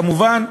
כמובן,